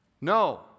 no